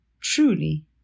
truly